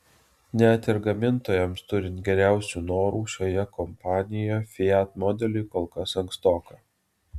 net ir gamintojams turint geriausių norų šioje kompanijoje fiat modeliui kol kas ankstoka